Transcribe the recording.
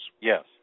Yes